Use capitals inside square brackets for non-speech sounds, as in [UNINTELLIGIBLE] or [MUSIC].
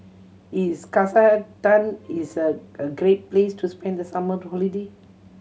is [UNINTELLIGIBLE] is a a great place to spend the summer holiday